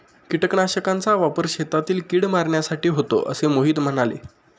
कीटकनाशकांचा वापर शेतातील कीड मारण्यासाठी होतो असे मोहिते म्हणाले